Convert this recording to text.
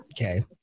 okay